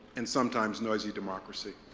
and sometimes noisy, democracy.